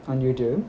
on youtube